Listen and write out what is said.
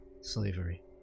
slavery